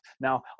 Now